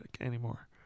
anymore